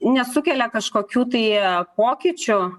nesukelia kažkokių tai pokyčių